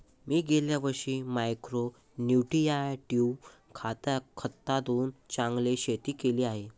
मी गेल्या वर्षी मायक्रो न्युट्रिट्रेटिव्ह खतातून चांगले शेती केली आहे